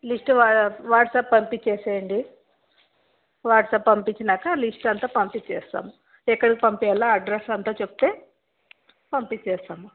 list WhatsApp పంపించి వేసేయండి WhatsApp పంపించినాక లిస్ట్ అంతా పంపించేస్తాము ఎక్కడకి పంపియ్యాలో అడ్రస్ అంతా చెప్తే పంపించేస్తాము